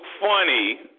funny